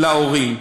להורים.